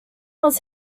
was